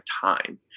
time